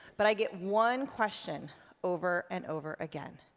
but i get one question over and over again.